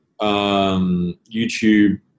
YouTube